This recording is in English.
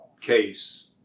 case